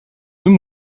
deux